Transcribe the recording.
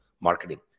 marketing